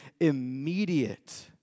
immediate